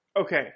Okay